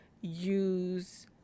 use